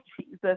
jesus